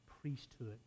priesthood